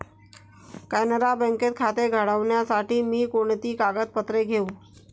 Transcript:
कॅनरा बँकेत खाते उघडण्यासाठी मी कोणती कागदपत्रे घेऊ?